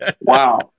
Wow